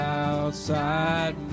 outside